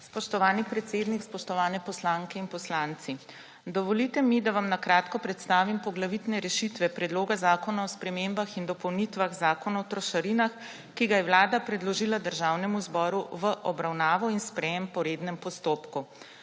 Spoštovani predsednik, spoštovane poslanke in poslanci! Dovolite mi, da vam na kratko predstavim poglavitne rešitve Predloga zakona o spremembah in dopolnitvah Zakona o trošarinah, ki ga je vlada predložila Državnemu zboru v obravnavo in sprejetje in po rednem postopku.